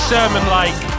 Sermon-like